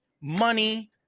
money